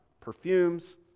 Perfumes